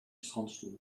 strandstoel